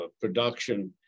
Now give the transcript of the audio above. production